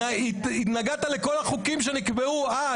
התנגדת לכל החוקים שנקבעו אז.